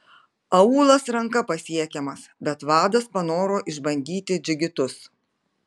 aūlas ranka pasiekiamas bet vadas panoro išbandyti džigitus